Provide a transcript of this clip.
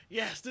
yes